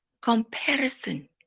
Comparison